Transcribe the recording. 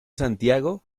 santiago